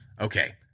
Okay